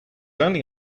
only